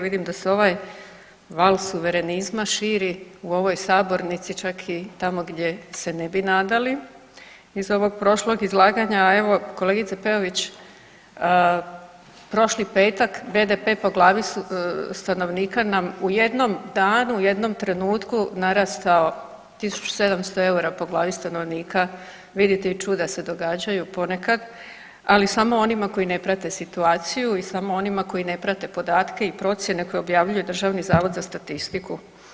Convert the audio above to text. Vidim da se ovaj val suverenizma širi u ovoj sabornici, čak i tamo gdje se ne bi nadali iz ovog prošlog izlaganja, evo, kolegice Peović, prošli petak BDP po glavi stanovnika nam u jednom danu u jednom trenutku narastao 1700 eura po glavi stanovnika, vidite, i čuda se događaju ponekad, ali samo onima koji ne prate situaciju i samo onima koji ne prate podatke i procjene koje objavljuje Državni zavod za statistiku.